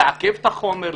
לעכב את החומר,